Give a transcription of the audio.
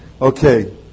Okay